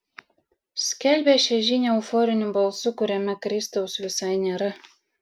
skelbia šią žinią euforiniu balsu kuriame kristaus visai nėra